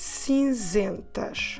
cinzentas